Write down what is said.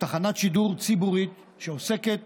תחנות שידור ציבורית שעוסקת